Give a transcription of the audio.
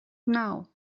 now